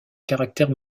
caractères